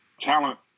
talent